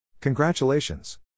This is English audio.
Congratulations